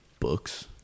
books